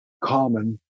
common